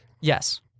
Yes